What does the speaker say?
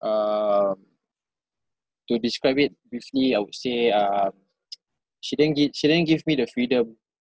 um to describe it briefly I would say uh she didn't gi~ she didn't give me the freedom